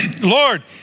Lord